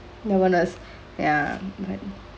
that one was ya